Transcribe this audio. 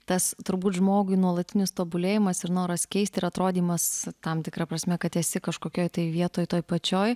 tas turbūt žmogui nuolatinis tobulėjimas ir noras keisti ir atrodymas tam tikra prasme kad esi kažkokioj tai vietoj toje pačioj